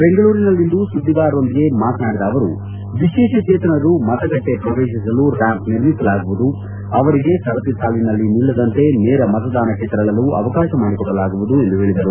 ಬೆಂಗಳೂರಿನಲ್ಲಿಂದು ಸುದ್ದಿಗಾರರೊಂದಿಗೆ ಮಾತನಾಡಿದ ಅವರು ವಿಶೇಷಚೇತನರು ಮತಗಟ್ಟೆ ಪ್ರವೇತಿಸಲು ರ್ಕಾಂಪ್ ನಿರ್ಮಿಸಲಾಗುವುದು ಅವರಿಗೆ ಸರತಿ ಸಾಲಿನಲ್ಲಿ ನಿಲ್ಲದಂತೆ ನೇರ ಮತದಾನಕ್ಕೆ ತೆರಳಲು ಅವಕಾಶ ಮಾಡಿಕೊಡಲಾಗುವುದು ಎಂದು ಹೇಳಿದರು